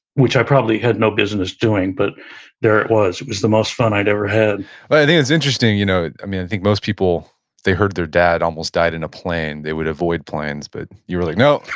which i probably had no business doing but there it was. it was the most fun i'd ever had but i think it's interesting. you know i think most people, if they heard their dad almost died in a plane, they would avoid planes but you were like, no.